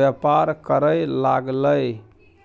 बेपार करय लागलै